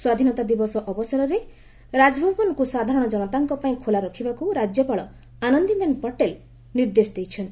ସ୍ୱାଧୀନତା ଦିବସ ଅବସରରେ ରାଜଭବନକୁ ସାଧାରଣ ଜନତାଙ୍କ ପାଇଁ ଖୋଲା ରଖିବାକୁ ରାଜ୍ୟପାଳ ଆନନ୍ଦିବେନ୍ ପଟେଲ ନିର୍ଦ୍ଦେଶ ଦେଇଛନ୍ତି